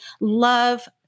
love